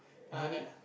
and no need